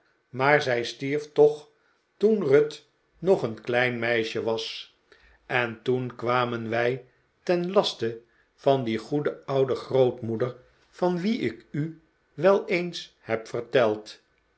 maar zij stierf toch toen ruth nog een kle n meisje was en toen kwamen wij ten laste van die goede oude grootmoeder van wie ik u wel eens heb verteld